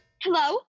Hello